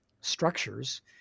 structures